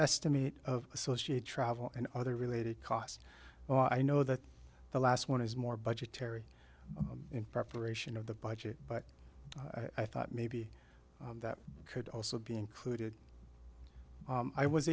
estimate of associate travel and other related costs well i know that the last one is more budgetary in preparation of the budget but i thought maybe that could also be included i was